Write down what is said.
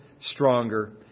stronger